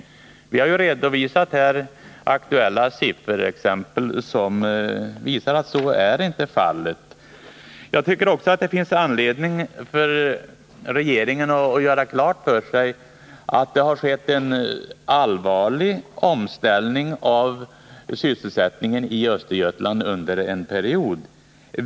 Men vi har redovisat aktuella sifferexempel här som visar att så inte är fallet. Jag tycker också att det finns anledning för regeringen att göra klart för sig att det har skett en allvarlig omställning beträffande sysselsättningen i Östergötland under en period.